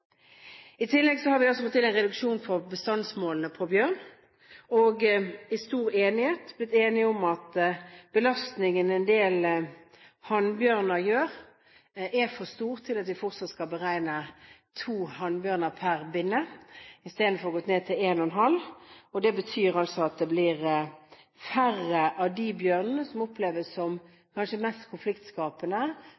I tillegg har vi fått til en reduksjon når det gjelder bestandsmålene på bjørn, og det er stor enighet om at den belastningen en del hannbjørner utgjør, er for stor til at vi fortsatt skal beregne to hannbjørner per binne. Vi har i stedet gått ned til 1,5. Det betyr at det blir færre av de bjørnene som kanskje oppleves som